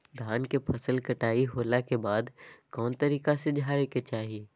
धान के फसल कटाई होला के बाद कौन तरीका से झारे के चाहि?